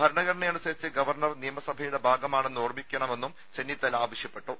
ഭരണഘടനയനുസരിച്ച് governor നിയമസഭയുടെ ഭാഗമാണെന്ന് ഓർമ്മിക്കണമെന്നും ചെന്നിത്തല ആവശ്യപ്പെട്ടു